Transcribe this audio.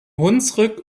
hunsrück